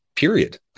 Period